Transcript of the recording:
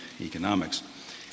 economics